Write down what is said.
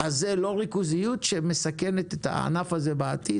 אז זה לא ריכוזיות שמסכנת את הענף הזה בעתיד?